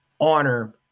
honor